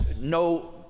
no